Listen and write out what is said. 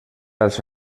als